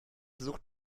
sucht